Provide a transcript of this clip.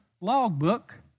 logbook